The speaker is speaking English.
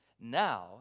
Now